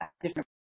different